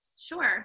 Sure